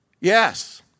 Yes